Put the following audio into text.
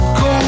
go